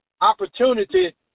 opportunity